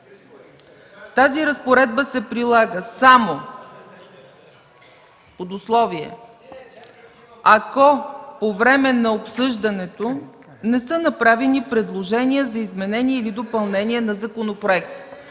Тази разпоредба се прилага само под условие – ако по време на обсъждането не са направени предложения за изменения или допълнения на законопроекта.”.